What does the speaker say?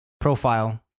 profile